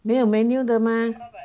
没有 menu 的吗